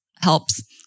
helps